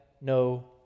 no